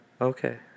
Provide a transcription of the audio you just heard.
okay